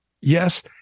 Yes